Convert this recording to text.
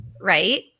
right